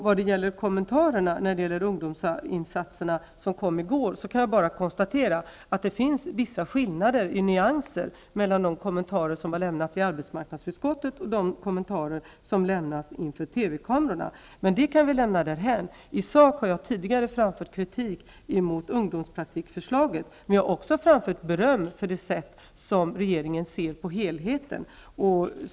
När det gäller kommentarerna i vad gäller ungdomsinsatserna som meddelades i går, kan jag bara konstatera att det finns vissa nyansskillnader i de kommentarer som har lämnats i arbetsmarknadsutskottet och de kommentarer som har lämnats inför TV-kamerorna. Detta faktum kan vi i och för sig lämna därhän. I sak har jag tidigare framfört kritik mot ungdomspraktikförslaget, men jag har också framfört beröm för det sätt på vilket regeringen ser på helheten.